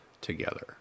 together